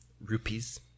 Rupees